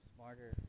Smarter